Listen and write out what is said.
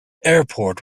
airport